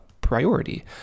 priority